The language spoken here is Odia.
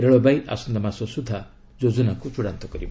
ରେଳବାଇ ଆସନ୍ତା ମାସ ସୁଦ୍ଧା ଯୋଜନାକୁ ଚୂଡ଼ାନ୍ତ କରିବ